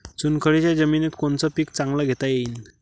चुनखडीच्या जमीनीत कोनतं पीक चांगलं घेता येईन?